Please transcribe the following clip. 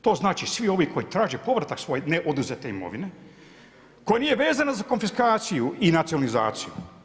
To znači svi ovi koji traže povratak svoj neoduzete imovine, koji nije vezan za konfiskaciju i nacionalizaciju.